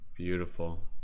Beautiful